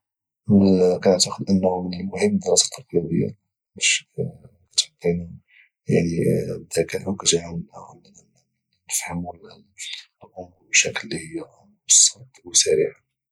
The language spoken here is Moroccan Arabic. كنعتاقد انه من المهم دراسة الرياضيات لحقاش كتعطينا الدكاء وكتعاونا اننا نفهمو الامور بشكل مبسط او سريع